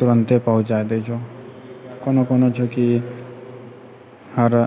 तुरन्ते पहुँचा दै छौ कोनो कोनो छौ कि हर